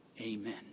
Amen